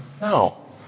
No